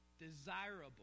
desirable